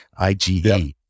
IGE